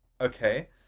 Okay